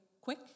quick